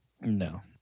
No